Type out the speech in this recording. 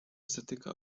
zatyka